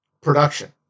production